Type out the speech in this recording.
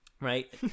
Right